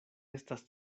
estas